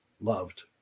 loved